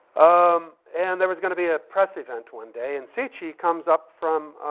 um and there was gonna be a press event one day, and si-chee comes up from